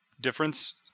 difference